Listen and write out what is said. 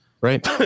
right